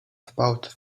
about